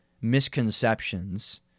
misconceptions